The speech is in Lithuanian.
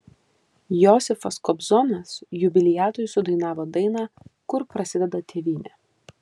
josifas kobzonas jubiliatui sudainavo dainą kur prasideda tėvynė